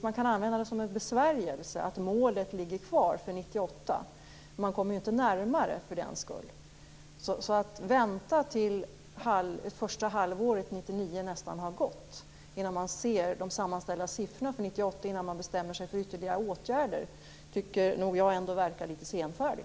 Man kan använda det som en besvärjelse att målet ligger kvar för 1998, men man kommer för den skull inte närmare målet. Jag tycker nog att det verkar litet senfärdigt att vänta tills det första halvåret 1999 nästan har gått innan man ser de sammanställda siffrorna för 1998 och innan man bestämmer sig för ytterligare åtgärder.